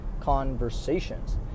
conversations